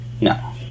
No